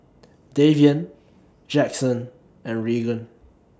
Davian Jackson and Regan